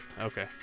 Okay